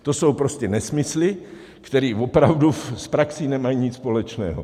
To jsou prostě nesmysly, které opravdu s praxí nemají nic společného.